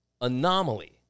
anomaly